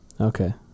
Okay